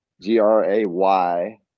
G-R-A-Y